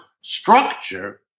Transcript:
structure